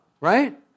Right